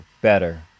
better